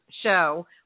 show